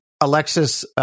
Alexis